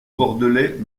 bordelais